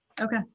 Okay